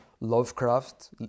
lovecraft